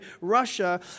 Russia